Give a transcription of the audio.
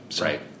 Right